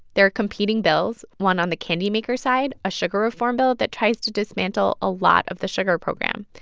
there are competing bills, one on the candy maker side, a sugar reform bill that tries to dismantle a lot of the sugar program.